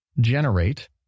generate